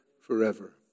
forever